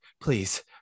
Please